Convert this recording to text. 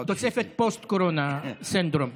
פוסט-קורונה סינדרום.